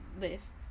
list